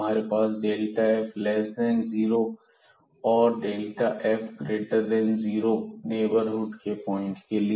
हमारे पास f less than zero है और delta f greater than zero neighbourhood के पॉइंट के लिए